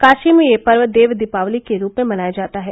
काशी में यह पर्व देव दीपावली के रूप में मनाया जाता है